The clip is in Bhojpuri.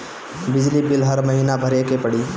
बिजली बिल हर महीना भरे के पड़ी?